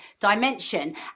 dimension